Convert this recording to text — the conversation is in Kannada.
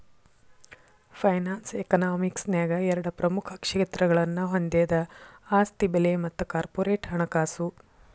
ಫೈನಾನ್ಸ್ ಯಕನಾಮಿಕ್ಸ ನ್ಯಾಗ ಎರಡ ಪ್ರಮುಖ ಕ್ಷೇತ್ರಗಳನ್ನ ಹೊಂದೆದ ಆಸ್ತಿ ಬೆಲೆ ಮತ್ತ ಕಾರ್ಪೊರೇಟ್ ಹಣಕಾಸು